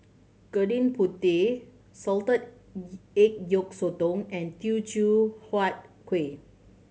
Gudeg Putih salted egg yolk sotong and Teochew Huat Kueh